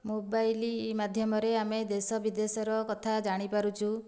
mobile ମାଧ୍ୟମରେ ଆମେ ଦେଶ ବିଦେଶର କଥା ଜାଣିପାରୁଛୁ